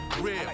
real